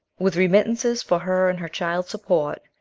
with remittances for her and her child's support,